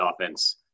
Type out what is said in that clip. offense